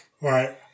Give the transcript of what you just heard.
Right